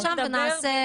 אני רק אציין לעניין זה,